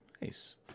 Nice